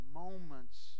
moments